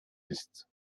ist